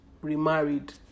remarried